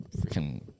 freaking